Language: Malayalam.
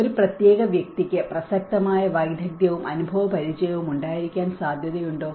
ഒരു പ്രത്യേക വ്യക്തിക്ക് പ്രസക്തമായ വൈദഗ്ധ്യവും അനുഭവപരിചയവും ഉണ്ടായിരിക്കാൻ സാധ്യതയുണ്ടോ